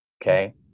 Okay